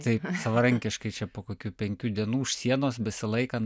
taip savarankiškai čia po kokių penkių dienų už sienos besilaikant